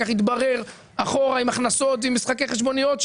כך התברר אחורה עם הכנסות ועם משחקי חשבוניות,